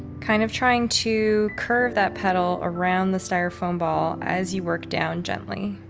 kind of trying to curve that petal around the styrofoam ball as you work down gently,